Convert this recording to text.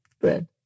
bread